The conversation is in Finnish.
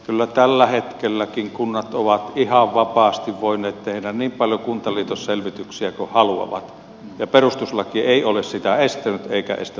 kyllä tälläkin hetkellä kunnat ovat ihan vapaasti voineet tehdä niin paljon kuntaliitosselvityksiä kuin haluavat ja perustuslaki ei ole sitä estänyt eikä estä tulevaisuudessakaan